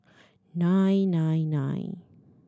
nine nine nine